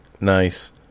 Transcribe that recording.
nice